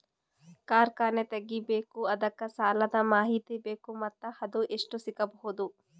ಕಾರ್ಖಾನೆ ತಗಿಬೇಕು ಅದಕ್ಕ ಸಾಲಾದ ಮಾಹಿತಿ ಬೇಕು ಮತ್ತ ಅದು ಎಷ್ಟು ಸಿಗಬಹುದು?